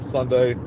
Sunday